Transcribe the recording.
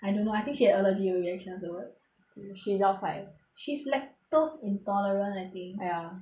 I don't know I think she had allergy reactions afterwards she lao sai she's lactose intolerance I think ah ya